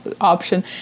option